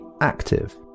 active